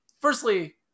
firstly